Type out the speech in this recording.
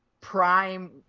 prime